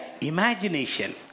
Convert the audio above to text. imagination